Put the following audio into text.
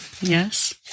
Yes